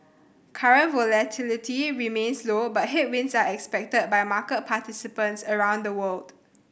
current volatility remains low but headwinds are expected by market participants around the world